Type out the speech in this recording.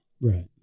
Right